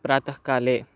प्रातःकाले